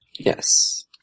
Yes